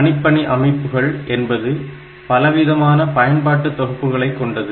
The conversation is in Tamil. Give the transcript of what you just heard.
கணிப்பணி அமைப்புகள் என்பது பலவிதமான பயன்பாட்டு தொகுப்புகளை கொண்டது